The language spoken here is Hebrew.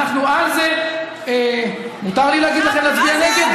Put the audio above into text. אנחנו על זה, מותר לי להגיד לכם להצביע נגד?